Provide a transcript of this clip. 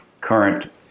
current